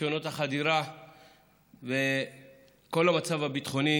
ניסיונות החדירה וכל המצב הביטחוני